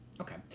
Okay